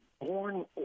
born